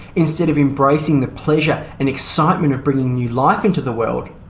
instead of embracing the pleasure and excitement of bringing new life into the world,